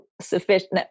sufficient